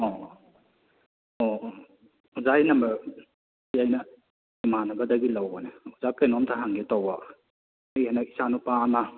ꯑꯣ ꯑꯣ ꯑꯣꯖꯥꯒꯤ ꯅꯝꯕꯔ ꯁꯤ ꯑꯩꯅ ꯏꯃꯥꯟꯅꯕꯗꯒꯤ ꯂꯧꯕꯅꯦ ꯑꯣꯖꯥ ꯀꯩꯅꯣꯝꯇ ꯍꯪꯒꯦ ꯇꯧꯕ ꯑꯩ ꯍꯟꯗꯛ ꯏꯆꯥ ꯅꯨꯄꯥ ꯑꯃ